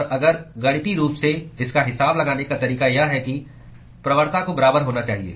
और अगर गणितीय रूप से इसका हिसाब लगाने का तरीका यह है कि प्रवणता को बराबर होना चाहिए